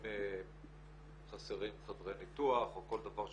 אם חסרים חדרי ניתוח או כל דבר שחסר,